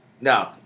No